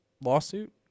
lawsuit